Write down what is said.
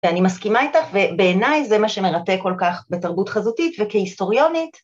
ואני מסכימה איתך ובעיניי זה מה שמרתק כל כך בתרבות חזותית וכהיסטוריונית